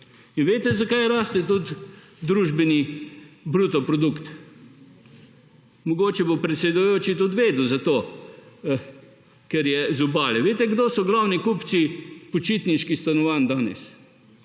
In veste zakaj raste tudi družbeni bruto produkt? Mogoče bo predsedujoči tudi vedel za to, ker je iz obale. Veste kdo so glavni kupci počitniških stanovanj danes